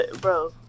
bro